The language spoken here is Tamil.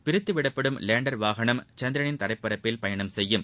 பிரித்துவிடப்படும் லேண்டர் வாகனம் சந்திரனின் தரைப்பரப்பில் பயணம் செய்யும்